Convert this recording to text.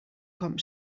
com